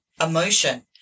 emotion